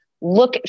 look